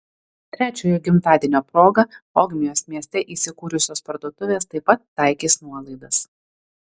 trečiojo gimtadienio proga ogmios mieste įsikūrusios parduotuvės taip pat taikys nuolaidas